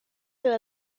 her